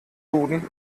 duden